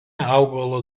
augalo